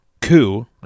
coup